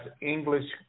English